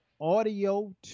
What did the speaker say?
Audio